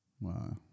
Wow